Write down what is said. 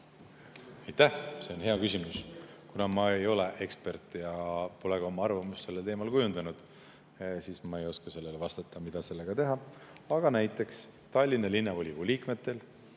Aitäh! See on hea küsimus. Aga kuna ma ei ole ekspert ja pole ka oma arvamust sellel teemal kujundanud, siis ma ei oska vastata, mida sellega teha. Aga näiteks Tallinna Linnavolikogu liikmetel